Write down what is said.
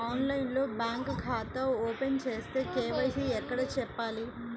ఆన్లైన్లో బ్యాంకు ఖాతా ఓపెన్ చేస్తే, కే.వై.సి ఎక్కడ చెప్పాలి?